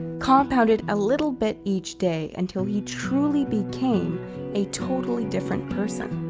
compounded a little bit each day until he truly became a totally different person.